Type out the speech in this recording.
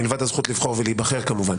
מלבד הזכות לבחור ולהיבחר כמובן,